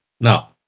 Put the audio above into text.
Now